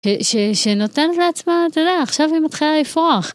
שנותנת לעצמה, אתה יודע... עכשיו היא מתחילה לפרוח.